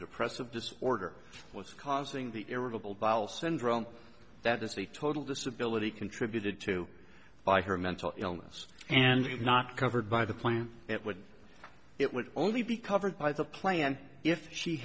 depressive disorder what's causing the irritable bowel syndrome that is a total disability contributed to by her mental illness and not covered by the plan it would it would only be covered by the plan if she